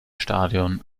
stadium